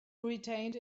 retained